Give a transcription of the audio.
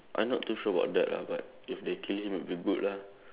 I not too sure about that ah but if they kill him it will be good lah